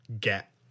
get